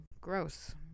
Gross